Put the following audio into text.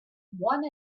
one